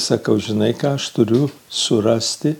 sakau žinai ką aš turiu surasti